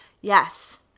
yes